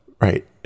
right